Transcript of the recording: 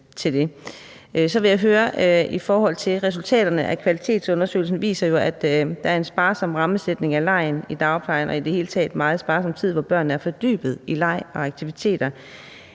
Så har jeg et spørgsmål om resultaterne af kvalitetsundersøgelsen, som viser, at der er en sparsom rammesætning af legen i dagplejen og i det hele taget meget sparsom tid, hvor børnene er fordybet i leg og aktiviteter.